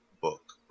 book